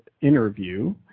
interview